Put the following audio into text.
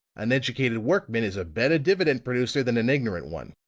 an educated workman is a better dividend-producer than an ignorant one.